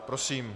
Prosím.